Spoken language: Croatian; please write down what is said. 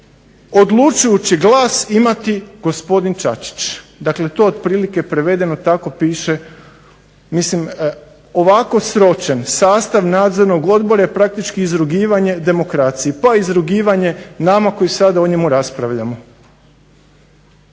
odlučujući glas imati gospodin Čačić. Dakle, to otprilike prevedeno tako piše. Mislim, ovako sročen sastav nadzornog odbora je praktički izrugivanje demokraciji, pa i izrugivanje nama koji sada o njemu raspravljamo.